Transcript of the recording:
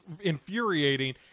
infuriating